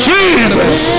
Jesus